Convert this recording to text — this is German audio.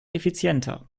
effizienter